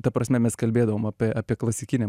ta prasme mes kalbėdavom apie apie klasikinę